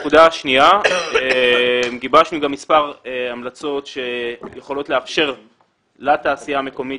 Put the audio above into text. גיבשנו גם מספר המלצות שיכולות לאפשר לתעשייה המקומית